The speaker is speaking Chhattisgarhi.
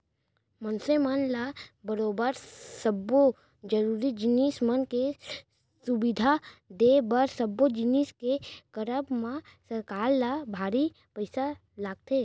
मनसे मन ल बरोबर सब्बो जरुरी जिनिस मन के सुबिधा देय बर सब्बो जिनिस के करब म सरकार ल भारी पइसा लगथे